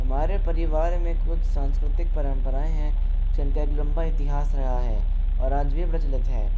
हमारे परिवार में कुछ सांस्कृतिक परंपराएं हैं जिनका का एक लंबा इतिहास रहा है और आज भी प्रचलित है